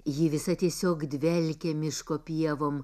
ji visa tiesiog dvelkė miško pievom